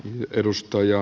arvoisa puhemies